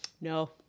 No